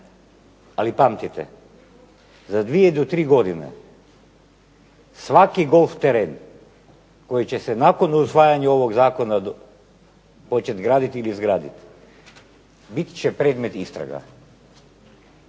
ali pamtite, za dvije do tri godine svaki golf teren koji će se nakon usvajanja ovog zakona početi graditi ili izgraditi, bit će predmet istraga,